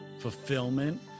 fulfillment